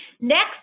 Next